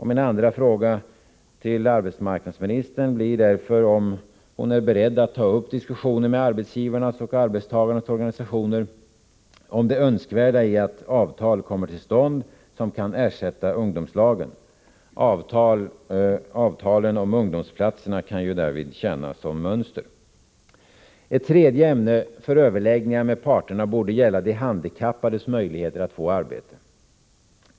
Min andra fråga till arbetsmarknadsministern blir därför om hon är beredd att ta upp diskussioner med arbetsgivarnas och arbetstagarnas organisationer om det önskvärda i att avtal kommer till stånd som kan ersätta ungdomslagen. Avtalen om ungdomsplatserna kan därvid tjäna som mönster. Ett tredje ämne för överläggningar med parterna borde gälla de handikappades möjligheter att få arbete.